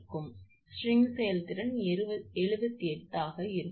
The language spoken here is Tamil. எனவே ஸ்ட்ரிங் செயல்திறன் 78 ஆக இருக்கும்